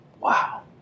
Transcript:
Wow